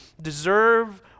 deserve